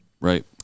right